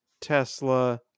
Tesla